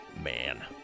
Man